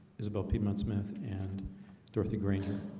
is about piedmont smith and dorothy grainger